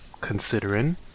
considering